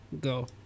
go